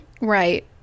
right